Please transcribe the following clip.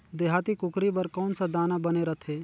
देहाती कुकरी बर कौन सा दाना बने रथे?